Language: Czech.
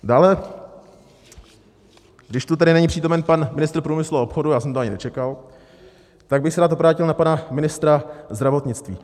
Dále, když tu tedy není přítomen pan ministr průmyslu a obchodu, já jsem to ani nečekal, tak bych se rád obrátil na pana ministra zdravotnictví.